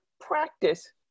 practice